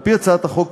על-פי הצעת החוק,